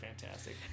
fantastic